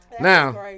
Now